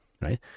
right